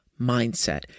mindset